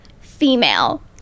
female